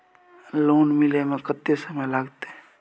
Loan मिले में कत्ते समय लागते?